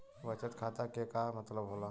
बचत खाता के का मतलब होला?